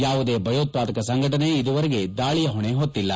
ಯಾವುದೇ ಭಯೋತ್ವಾದಕ ಸಂಘಟನೆ ಇದುವರೆಗೆ ದಾಳಿಯ ಹೊಣೆ ಹೊತ್ತಿಲ್ಲ